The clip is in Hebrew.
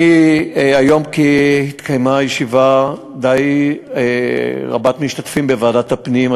היום התקיימה ישיבה די רבת משתתפים בוועדת הפנים,